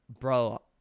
Bro